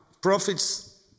profits